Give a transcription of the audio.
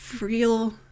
real